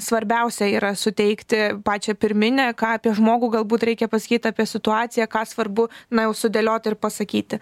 svarbiausia yra suteikti pačią pirminę ką apie žmogų galbūt reikia pasakyti apie situaciją ką svarbu na jau sudėlioti ir pasakyti